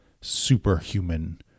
superhuman